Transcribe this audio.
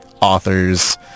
authors